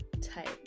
type